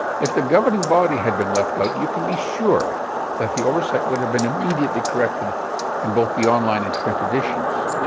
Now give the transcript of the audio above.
if the governing body had been left out, you can be sure that the oversight would have been immediately corrected in both the online and print editions.